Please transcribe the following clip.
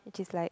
which is like